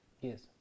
yes